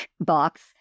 box